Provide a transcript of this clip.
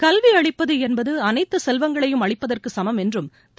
கல்விஅளிப்பதுஎன்பதுஅனைத்தசெல்வங்களையும் அளிப்பதற்குசமம் என்றும் திரு